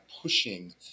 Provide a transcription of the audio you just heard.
pushing